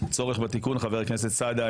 צורך בתיקון חבר הכנסת סעדה,